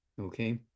okay